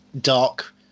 dark